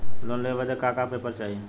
Loan लेवे बदे का का पेपर चाही?